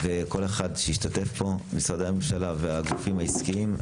וכל אחד שהשתתף פה, משרדי הממשלה והגופים העסקיים.